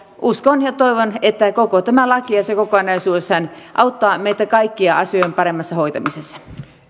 uskon ja toivon että tämä lakiasia kokonaisuudessaan auttaa meitä kaikkia asioiden paremmassa hoitamisessa